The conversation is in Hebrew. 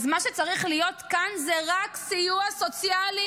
אז מה שצריך להיות כאן זה רק סיוע סוציאלי